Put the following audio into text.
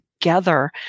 together